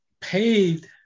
paid